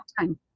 time